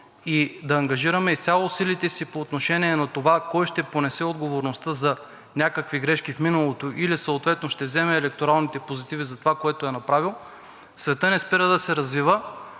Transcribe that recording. и да ангажираме изцяло силите си по отношение на това кой ще понесе отговорността за някакви грешки в миналото или съответно ще вземе електоралните позитиви за това, което е направил, светът не спира да се развива.